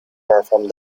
performed